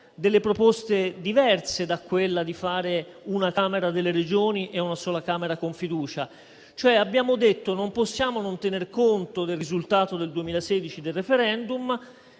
delle proposte diverse da quella di fare una Camera delle Regioni e una sola Camera con fiducia. Cioè, abbiamo detto che non possiamo non tener conto del risultato del *referendum*